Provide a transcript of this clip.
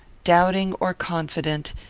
doubting or confident,